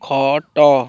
ଖଟ